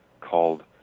called